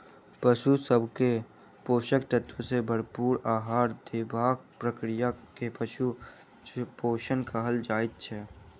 पशु सभ के पोषक तत्व सॅ भरपूर आहार देबाक प्रक्रिया के पशु पोषण कहल जाइत छै